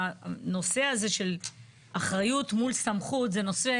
הנושא הזה של אחריות מול סמכות זה נושא